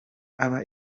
aba